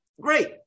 great